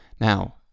now